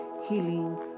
healing